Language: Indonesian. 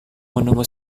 menunggu